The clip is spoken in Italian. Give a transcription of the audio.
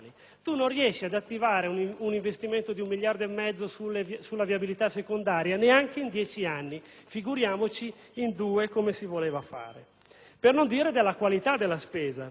Non si riesce ad attivare un investimento di un miliardo e mezzo sulla viabilità secondaria neanche in dieci anni, figuriamoci in due, come si voleva fare! Per non dire della qualità della spesa.